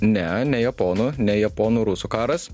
ne ne japonų ne japonų rusų karas